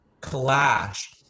clash